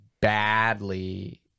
badly